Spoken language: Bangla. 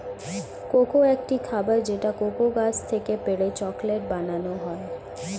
কোকো একটি খাবার যেটা কোকো গাছ থেকে পেড়ে চকলেট বানানো হয়